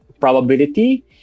probability